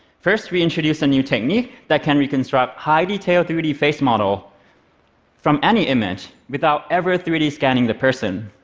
first, we introduce a new technique that can reconstruct a high-detailed three d face model from any image without ever three d scanning the person.